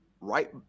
right